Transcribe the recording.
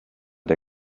der